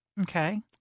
Okay